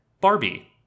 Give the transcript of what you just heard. Barbie